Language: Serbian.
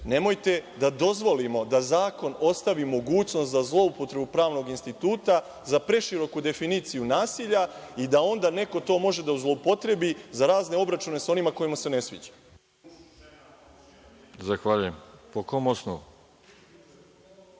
nemojte da dozvolimo da zakonom ostavimo mogućnost za zloupotrebu pravnog instituta, za preširoku definiciju nasilja i da onda neko to može da zloupotrebi za razne obračune sa onima kojima se ne sviđa.(Balša Božović,